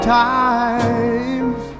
times